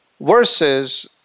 versus